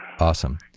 Awesome